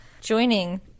joining